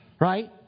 Right